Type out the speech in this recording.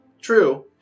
True